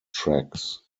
tracks